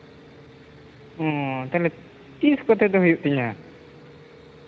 ᱚ ᱛᱟᱦᱚᱞᱮ ᱛᱤᱥ ᱠᱚᱛᱮ ᱫᱚ ᱦᱩᱭᱩᱜ ᱛᱤᱧᱟᱹ